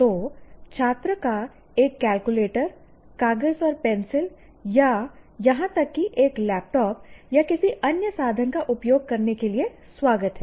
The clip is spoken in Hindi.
तो छात्र का एक कैलकुलेटर कागज और पेंसिल या यहां तक कि एक लैपटॉप या किसी अन्य साधन का उपयोग करने के लिए स्वागत है